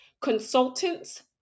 consultants